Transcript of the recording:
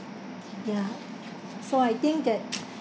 yeah so I think that